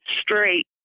straight